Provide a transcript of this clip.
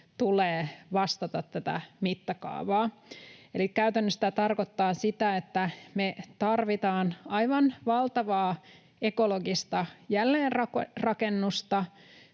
tulee vastata tätä mittakaavaa. Eli käytännössä tämä tarkoittaa sitä, että me tarvitaan aivan valtavaa ekologista jälleenrakennusta.